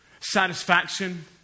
satisfaction